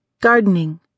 Gardening